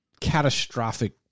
catastrophic